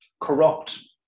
corrupt